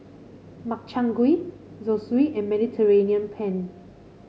Makchang Gui Zosui and Mediterranean Penne